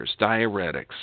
diuretics